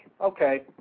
okay